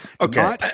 Okay